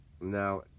Now